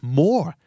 more